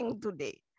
today